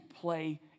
play